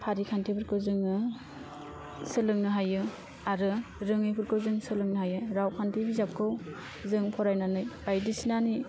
फारिखान्थिफोरखौ जोङो सोलोंनो हायो आरो रोङैफोरखौ जों सोलोंनो हायो रावखान्थि बिजाबखौ जों फरायनानै बायदिसिनानि